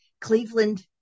Cleveland